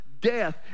death